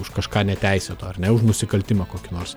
už kažką neteisėto ar ne už nusikaltimą kokį nors